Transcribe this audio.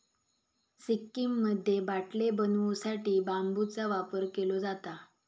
सिक्कीममध्ये बाटले बनवू साठी बांबूचा वापर केलो जाता